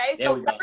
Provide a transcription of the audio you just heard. okay